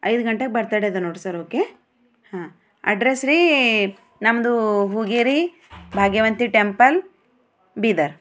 ಐದು ಗಂಟೆಗೆ ಬರ್ತಡೆ ಅದ ನೋಡಿ ಸರ್ ಓಕೆ ಹಾಂ ಅಡ್ರೆಸ್ಸ್ ರಿ ನಮ್ಮದು ಹುಗೇರಿ ಭಾಗ್ಯವಂತಿ ಟೆಂಪಲ್ ಬೀದರ್